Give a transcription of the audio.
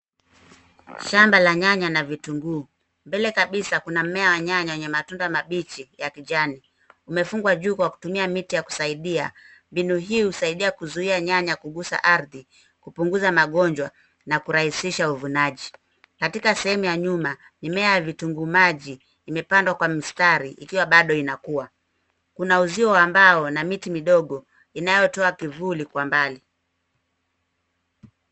Shamba la nyanya na vitunguu. Mbele kabisa, kuna mmea wa nyanya wenye matunda mabichi ya kijani. Umefungwa juu kwa kutumia miti ya kusaidia. Mbinu hii kusaidia kuzuia nyanya kuguza ardhi, kupunguza magonjwa na kurahisisha uvunaji. Katika sehemu ya nyuma, mimea ya vitunguu maji imepandwa kwa mistari, ikiwa bado inakua. Kuna uzio wa mbao na miti midogo inayotoa kivuli kwa mbali.